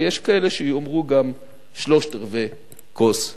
ויש כאלה שיאמרו גם שלושת-רבעי כוס מלאה.